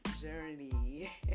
journey